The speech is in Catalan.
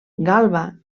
galba